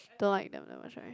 don't like them that much right